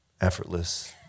effortless